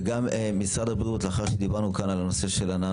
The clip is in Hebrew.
ומשרד הבריאות, אחרי שדיברנו על נושא המנו